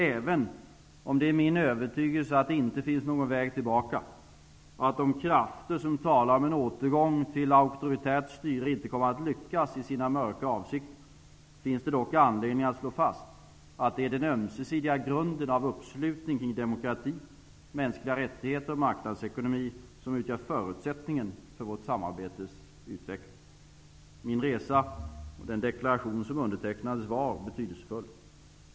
Även om det är min övertygelse att det inte finns någon väg tillbaka, och att de krafter som talar om en återgång till auktoritärt styre inte kommer att lyckas i sina mörka avsikter, finns det dock anledning att slå fast att det är den ömsesidiga grunden av uppslutning kring demokrati, mänskliga rättigheter och marknadsekonomi som utgör förutsättningen för vårt samarbetes utveckling. Min resa och den deklaration som undertecknades var betydelsefulla.